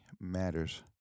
matters